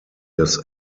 des